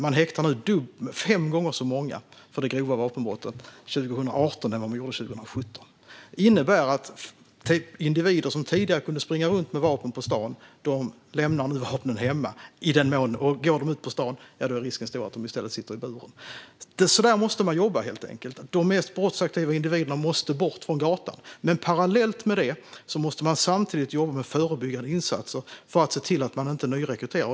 Man häktade fem gånger så många för grovt vapenbrott 2018 som under 2017. Det innebär att individer som tidigare kunde springa runt med vapen på stan nu lämnar vapnen hemma. Om de går ut på stan med vapen är risken stor att de i stället får sitta i buren. Så där måste man jobba. De mest brottsaktiva individerna måste bort från gatan. Men parallellt med detta måste man jobba med förebyggande insatser för att se till att gängen inte nyrekryterar.